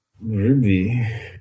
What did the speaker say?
Ruby